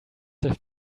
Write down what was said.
have